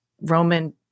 Roman